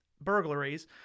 burglaries